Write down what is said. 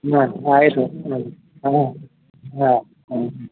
ಹಾಂ ಆಯಿತು ಹಾಂ ಹಾಂ ಹಾಂ ಹಾಂ